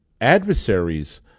adversaries